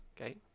okay